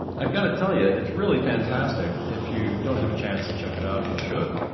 i've got to tell you it's really fantastic. if you don't have a chance to check it out, you should.